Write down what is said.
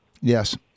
Yes